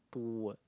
two words